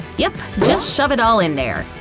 yup, just shove it all in there.